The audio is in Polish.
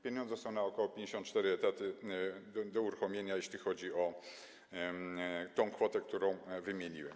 Pieniądze są na ok. 54 etaty do uruchomienia, jeśli chodzi o tę kwotę, którą wymieniłem.